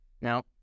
Now